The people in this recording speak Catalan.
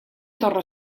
torre